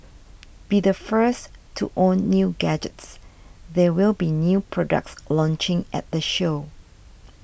be the first to own new gadgets there will be new products launching at the show